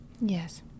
Yes